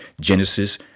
Genesis